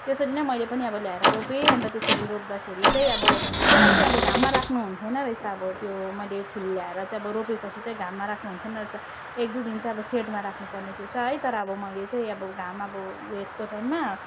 त्यसरी नै मैले पनि अब ल्याएर रोपेँ अन्त त्यसरी रोप्दाखेरि चाहिँ अब त्यसलाई चाहिँ अब घाममा राख्नु हुन्थेन रहेछ अब त्यो मैले फुल ल्याएर चाहिँ अब रोपेँ पछि चाहिँ घाममा राख्नु हुन्थेन रहेछ एक दुई दिन चाहिँ अब सेडमा राख्नु पर्ने थिएछ है तर अब मैले चाहिँ अब घाम अब ऊ यसको टाइममा